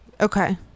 okay